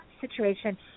situation